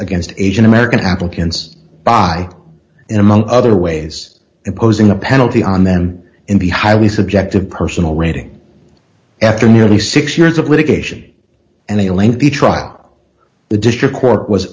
against asian american applicants by in among other ways imposing a penalty on them in the highly subjective personal rating after nearly six years of litigation and healing the trial the district court was